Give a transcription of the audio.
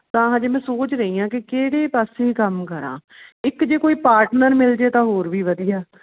ਤਾਂ ਹਜੇ ਮੈਂ ਸੋਚ ਰਹੀ ਹਾਂ ਕਿ ਕਿਹੜੇ ਪਾਸੇ ਕੰਮ ਕਰਾਂ ਇੱਕ ਜੇ ਕੋਈ ਪਾਰਟਨਰ ਮਿਲ ਜੇ ਤਾਂ ਹੋਰ ਵੀ ਵਧੀਆ